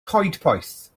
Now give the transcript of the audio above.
coedpoeth